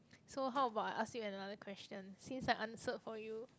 so how about I ask you another question since I answered for you